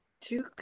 Two